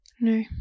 No